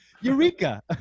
Eureka